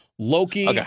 Loki